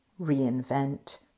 reinvent